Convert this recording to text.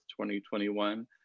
2021